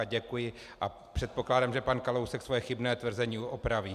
Děkuji a předpokládám, že pan Kalousek své chybné tvrzení opraví.